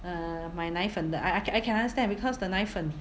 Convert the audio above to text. err 买奶粉的 I I I can understand because the 奶粉